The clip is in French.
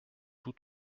tous